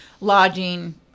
lodging